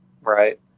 Right